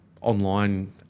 online